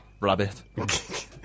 rabbit